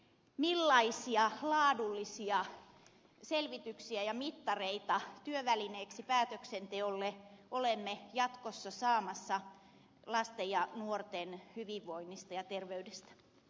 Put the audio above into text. millaisia laadullisia selvityksiä ja mittareita työvälineeksi päätöksenteolle olemme jatkossa saamassa lasten ja nuorten hyvinvoinnista ja terveydestä